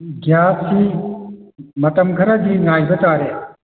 ꯒ꯭ꯌꯥꯁꯁꯤ ꯃꯇꯝ ꯈꯔꯗꯤ ꯉꯥꯏꯕ ꯇꯥꯔꯦ